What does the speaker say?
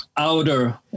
outer